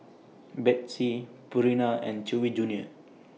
Betsy Purina and Chewy Junior